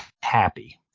happy